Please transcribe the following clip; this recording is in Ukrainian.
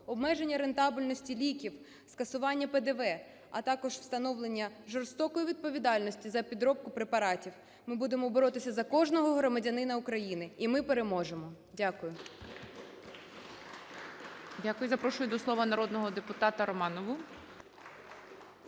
обмеження рентабельності ліків, скасування ПДВ, а також встановлення жорсткої відповідальності за підробку препаратів. Ми будемо боротися за кожного громадянина України і ми переможемо! Дякую.